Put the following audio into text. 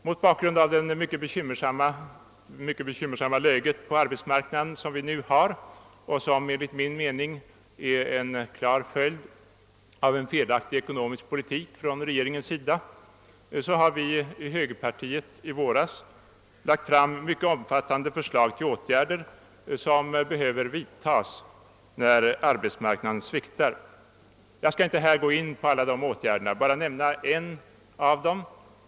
Mot bakgrund av det mycket bekymmersamma arbetsmarknadsläget, som enligt min mening är en klar följd av regeringens felaktiga ekonomiska politik, lade högerpartiet i våras fram mycket omfattande förslag till åtgärder som bör vidtagas när arbetsmarknaden sviktar. Jag skall inte här gå in på alla dessa åtgärder utan bara nämna en av dem.